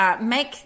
Make